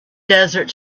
desert